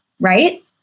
right